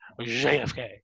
JFK